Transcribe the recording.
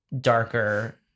darker